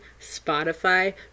Spotify